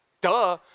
duh